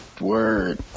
Word